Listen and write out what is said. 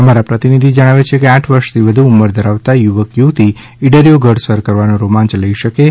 અમારા પ્રતિનિધિ જણાવે છે કે આઠ વર્ષથી વધુ ઉંમર ધરાવતા યુવક યુવતી ઈડરિયો ગઢ સર કરવાનો રોમાંય લઈ શકે છે